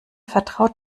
vertraut